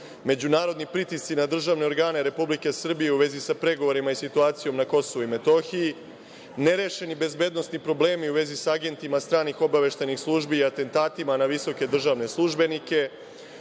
međunarodni pritisci na državne organe Republike Srbije u vezi sa pregovorima i situacijom na Kosovu i Metohiji, nerešeni bezbednosni problemi u vezi sa agentima stranih obaveštajnih službi, atentatima na visoke državne službenik,